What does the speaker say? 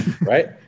Right